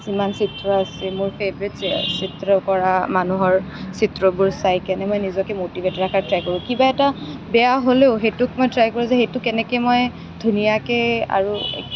কিছুমান চিত্ৰ আছে মোৰ ফেভাৰিট চিত্ৰৰ পৰা মানুহৰ চিত্ৰবোৰ চাই কিনে মই নিজকে মটিভেট ৰখাৰ ট্ৰাই কৰোঁ কিবা এটা বেয়া হ'লেও সেইটোক মই ট্ৰাই কৰোঁ যে সেইটোক কেনেকৈ মই ধুনীয়াকৈ আৰু